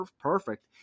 perfect